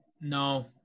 No